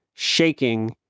Shaking